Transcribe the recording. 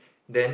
then